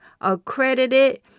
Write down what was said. accredited